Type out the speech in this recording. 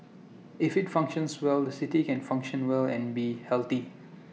if IT functions well the city can function well and be healthy